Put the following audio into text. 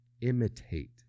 imitate